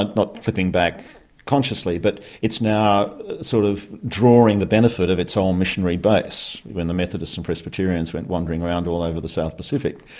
but not flipping back consciously, but it's now sort of drawing the benefit of its okl missionary base, when the methodists and presbyterians went wandering around all over the south pacific,